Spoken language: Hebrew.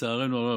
לצערנו הרב,